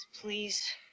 Please